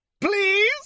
Please